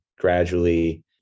gradually